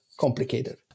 complicated